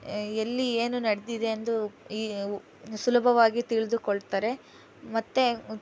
ಎಲ್ಲಿ ಏನು ನಡೆದಿದೆ ಎಂದು ಈ ವು ಸುಲಭವಾಗಿ ತಿಳಿದುಕೊಳ್ತಾರೆ ಮತ್ತೆ